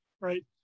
right